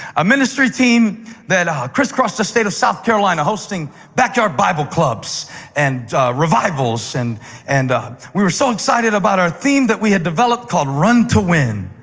a ministry team that crisscrossed the state of south carolina hosting backyard bible clubs and revivals. and and we were so excited about our theme that we had developed called run to win.